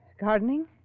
Gardening